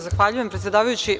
Zahvaljujem predsedavajući.